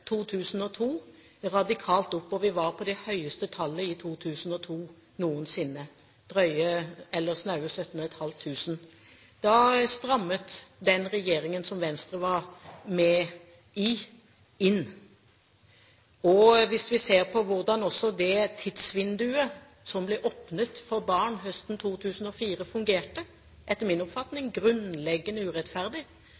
2002 radikalt opp. Vi hadde det høyeste tallet noensinne i 2002, snaue 17 500. Da strammet den regjeringen som Venstre var med i, inn. Hvis vi også ser på hvordan det tidsvinduet som ble åpnet for barn høsten 2004, fungerte – etter min oppfatning